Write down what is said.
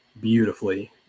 beautifully